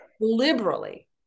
liberally